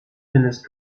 findest